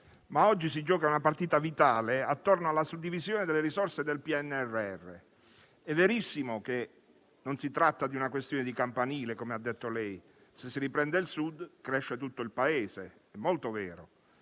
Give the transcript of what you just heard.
Oggi si gioca una partita vitale attorno alla suddivisione delle risorse del PNRR. È verissimo che non si tratta di una questione di campanile, come ha detto lei: se si riprende il Sud, cresce tutto il Paese; è molto vero.